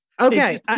Okay